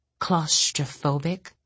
Claustrophobic